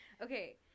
okay